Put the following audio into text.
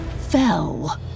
fell